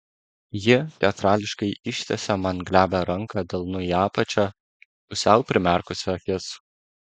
ji teatrališkai ištiesė man glebią ranką delnu į apačią pusiau primerkusi akis